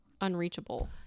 unreachable